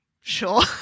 sure